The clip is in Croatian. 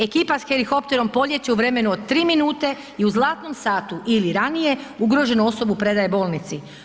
Ekipa s helikopterom polijeće u vremenu od 3 minute i u zlatnom satu ili ranije ugroženu osobu predaje bolnici.